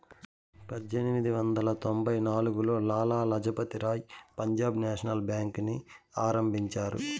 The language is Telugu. పజ్జేనిమిది వందల తొంభై నాల్గులో లాల లజపతి రాయ్ పంజాబ్ నేషనల్ బేంకుని ఆరంభించారు